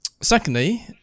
Secondly